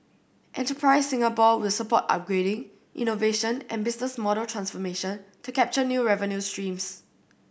Enterprise Singapore will support upgrading innovation and business model transformation to capture new revenue streams